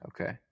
Okay